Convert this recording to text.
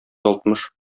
алтмыш